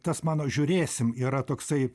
tas mano žiūrėsim yra toksai